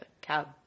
cab